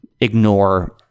ignore